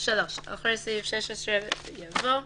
(3)אחרי סעיף 16 יבוא: